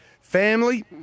family